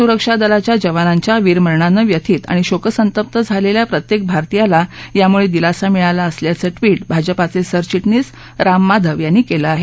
सुरक्षा दलाच्या जवानांच्या वीर मरणानं व्यथित आणि शोकसंतप्त झालेल्या प्रत्येक भारतीयाला यामुळे दिलासा मिळाला असल्याचं ट्विट भाजपाचे सरचिटणीस राम माधव यांनी केलं आहे